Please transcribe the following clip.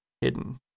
hidden